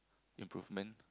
improvement